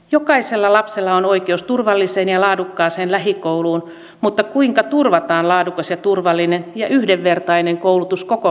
jokaisella lapsella on oikeus turvalliseen ja laadukkaaseen lähikouluun mutta kuinka turvataan laadukas turvallinen ja yhdenvertainen koulutus koko maan alueella